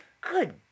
Good